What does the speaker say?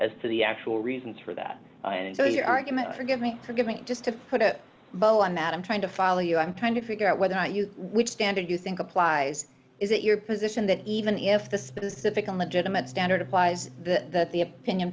as to the actual reasons for that and so your argument forgive me forgive me just to put a bow on that i'm trying to follow you i'm trying to figure out whether or not you which standard you think applies is it your position that even if the specific a legitimate standard applies that the opinion